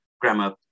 grammar